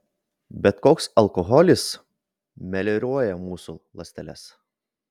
bet koks alkoholis melioruoja mūsų ląsteles